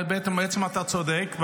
בעצם אתה צודק,